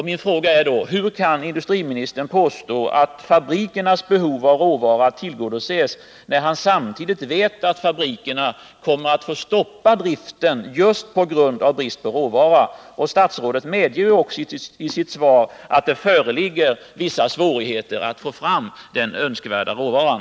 Min fråga blir då: Hur kan industriministern påstå att fabrikernas behov av råvara tillgodoses, när han samtidigt vet att fabrikerna kommer att få stoppa driften just på grund av brist på råvara? Statsrådet medger ju också i sitt svar att det föreligger vissa svårigheter att få fram den önskvärda råvaran.